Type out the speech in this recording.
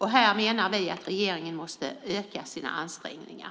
Här menar vi att regeringen måste öka sina ansträngningar.